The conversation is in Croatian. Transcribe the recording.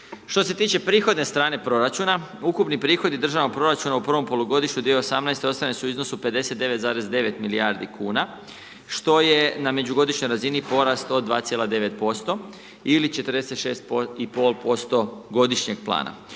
Što se tiče prihodne strane proračuna, ukupni prihodi državnog proračuna u prvom polugodištu 2018. godine, ostvareni su u iznosu 59,9 milijardi kuna, što je na međugodišnjoj razini porast od 2,9% ili 46,5% godišnjeg plana.